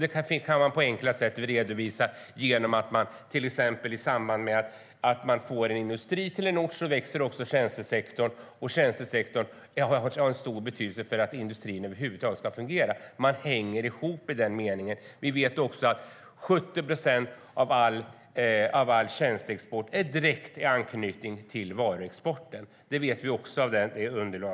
Det kan man på enkla sätt redovisa genom att man ser att till exempel i samband med att det kommer en industri till en ort växer också tjänstesektorn, och tjänstesektorn har stor betydelse för att industrin över huvud taget ska fungera. De hänger ihop i den meningen. Vi vet också av det underlag vi har att 70 procent av all tjänsteexport har direkt anknytning till varuexporten.